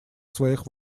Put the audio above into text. своих